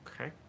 Okay